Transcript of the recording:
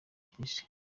cy’isi